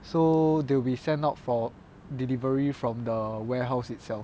so they'll be sent out for delivery from the warehouse itself